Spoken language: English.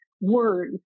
words